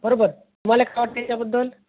बरोबर तुम्हाला काय वाटते या बद्दल